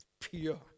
Pure